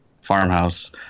farmhouse